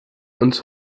uns